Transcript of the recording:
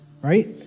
right